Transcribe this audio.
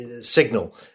signal